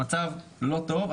המצב לא טוב,